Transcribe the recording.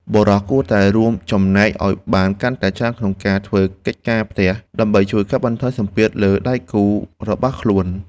បុរសគួរតែចូលរួមចំណែកឱ្យបានកាន់តែច្រើនក្នុងការធ្វើកិច្ចការផ្ទះ ដើម្បីជួយកាត់បន្ថយសម្ពាធលើដៃគូរបស់ខ្លួន។